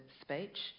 speech